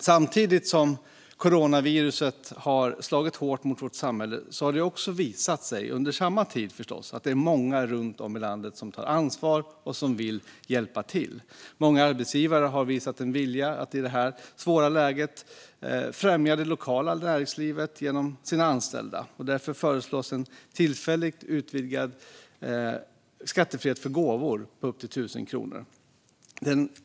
Samtidigt som coronaviruset har slagit hårt mot vårt samhälle har det visat sig att det är många runt om i landet som tar ansvar och som vill hjälpa till. Många arbetsgivare har visat en vilja att i detta svåra läge främja det lokala näringslivet genom sina anställda. Därför föreslås en tillfälligt utvidgad skattefrihet för gåvor upp till ett värde på 1 000 kronor.